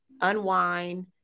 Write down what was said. unwind